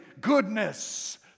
goodness